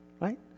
right